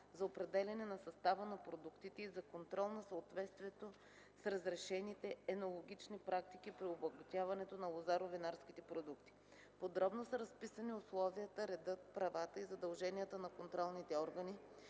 за определяне на състава на продуктите и за контрол на съответствието с разрешените енологични практики при обогатяването на лозаро-винарските продукти. Подробно са разписани условията, редът, правата и задълженията на контролните органи